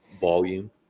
volume